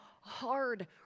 hard